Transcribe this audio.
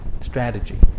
strategy